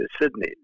Sydney